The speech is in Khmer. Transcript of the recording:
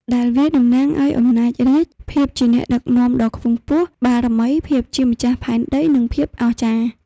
ដែលវាតំណាងឲ្យ អំណាចរាជ្យ ភាពជាអ្នកដឹកនាំដ៏ខ្ពង់ខ្ពស់ បារមី ភាពជាម្ចាស់ផែនដី និងភាពអស្ចារ្យ។